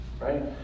Right